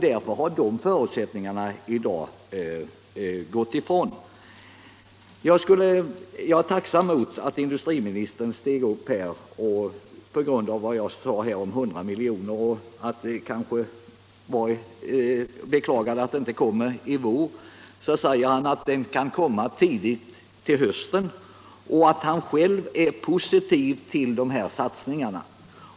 Därför har de förutsättningarna i dag försvunnit. Jag är tacksam för att industriministern med anledning av att jag beklagade att det inte kommer 100 milj.kr. i vår meddelar att pengarna kan komma tidigt på hösten och dessutom framhåller att han själv är positiv till dessa satsningar.